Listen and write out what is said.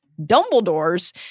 Dumbledore's